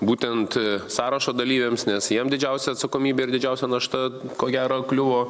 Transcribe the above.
būtent sąrašo dalyviams nes jiem didžiausia atsakomybė ir didžiausia našta ko gero kliuvo